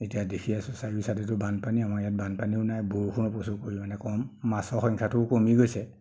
এতিয়া দেখি আছো চাৰিও চাইদেতো বানপানী আমাৰ ইয়াত বানপানীও নাই বৰষুণৰ প্ৰচুৰ পৰিমাণে কম মাছৰ সংখ্যাতো কমি গৈছে